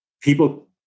people